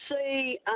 see